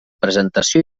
presentació